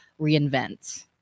reinvent